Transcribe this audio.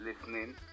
listening